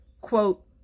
quote